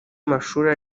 mashuri